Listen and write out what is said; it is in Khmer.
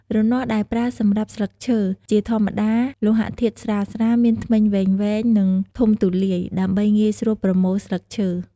រនាស់ដែលប្រើសម្រាប់ស្លឹកឈើ ជាធម្មតាលោហធាតុស្រាលៗ មានធ្មេញវែងៗ និងធំទូលាយ ដើម្បីងាយស្រួលប្រមូលស្លឹកឈើ។